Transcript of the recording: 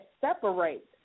separate